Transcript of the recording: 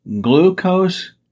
glucose